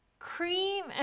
Cream